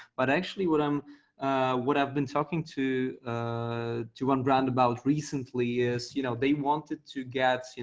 but actually what um what i've been talking to ah to one brand about recently is, you know they wanted to get,